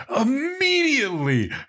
immediately